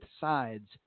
sides